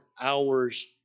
hours